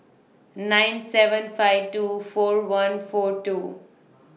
nine seven five two four one four two